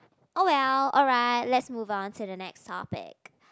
oh well oh right let's move on to the next topic